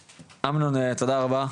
אמנון, תודה רבה.